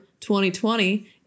2020